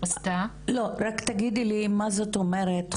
לא, רק תגידי לי מה זאת אומרת חובה,